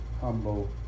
humble